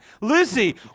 Lucy